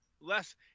less